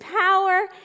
power